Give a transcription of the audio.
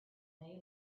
they